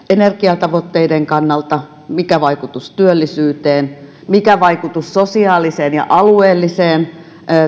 energiatavoitteiden kannalta mikä vaikutus työllisyyteen ja mikä vaikutus sosiaaliseen ja alueelliseen